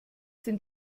sind